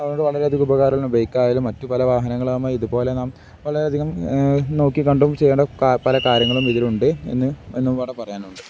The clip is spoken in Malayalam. അതുകൊണ്ട് വളരെയധികം ഉപകാരങ്ങള് ബൈക്കായാലും മറ്റു പല വാഹനങ്ങളും ഇതുപോലെ നാം വളരെയധികം നോക്കിയും കണ്ടും ചെയ്യേണ്ട പല കാര്യങ്ങളും ഇതിലുണ്ട് എന്ന് എന്നും ഇവിടെ പറയാനുണ്ട്